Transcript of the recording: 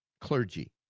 clergy